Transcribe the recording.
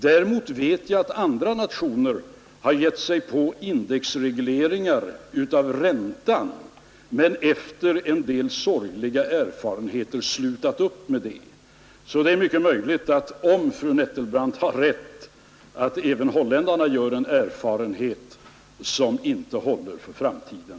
Däremot vet jag att andra nationer har givit sig på indexregleringar av räntan men efter en del sorgliga erfarenheter slutat upp med det. Det är alltså mycket möjligt, om fru Nettelbrandt har rätt, att även holländarna gör en erfarenhet som inte håller för framtiden.